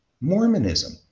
Mormonism